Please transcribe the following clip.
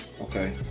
Okay